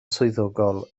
swyddogol